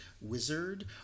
wizard